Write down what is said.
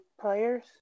players